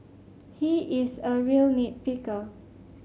he is a real nit picker